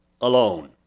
alone